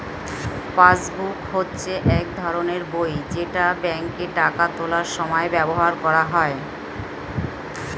passbook হচ্ছে এক ধরনের বই যেটা ব্যাংকে টাকা তোলার সময় ব্যবহার করা হয়